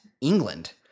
England